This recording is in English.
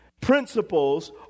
principles